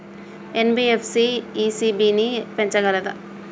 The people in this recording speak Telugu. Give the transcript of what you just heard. ఎన్.బి.ఎఫ్.సి ఇ.సి.బి ని పెంచగలదా?